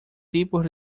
tipos